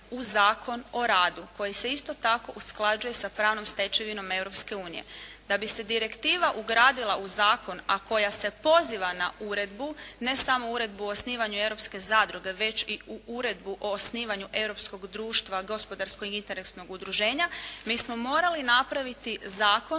u Zakon o radu koji se isto tako usklađuje s pravnom stečevinom Europske unije. Da bi se direktiva ugradila u zakon a koja se poziva na uredbu ne samo Uredbu o osnivanju europske zadruge već i u Uredbu o osnivanju europskog društva gospodarskog i interesnog udruženja mi smo morali napraviti Zakon